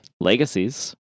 Legacies